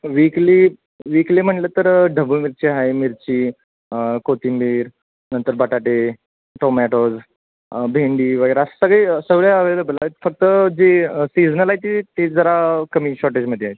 विकली weekly म्हटलं तर ढबू मिरची आहे मिरची कोथिंबीर नंतर बटाटे टोमॅटोज भेंडी वगैरे असं सगळे सगळे अवेलेबल आहेत फक्त जी सीझनल आहे ते ते जरा कमी शॉर्टेजमध्ये आहेत